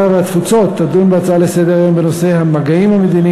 חברי הכנסת, 90 בעד, אחד נגד,